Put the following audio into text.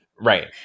right